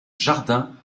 jardin